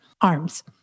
arms